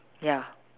ya